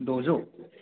द'जौ